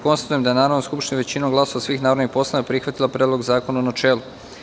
Konstatujem da je Narodna skupština većinom glasova svih narodnih poslanika prihvatila Predlog zakona, u načelu.